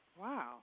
Wow